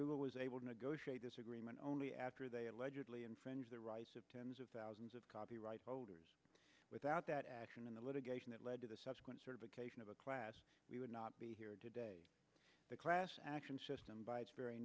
google was able to negotiate this agreement only after they allegedly infringe the rights of tens of thousands of copyright holders without that action and the litigation that led to the subsequent certification of a class we would not be here today the class action system by its very